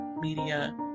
media